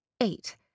Eight